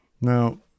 Now